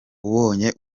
ubonye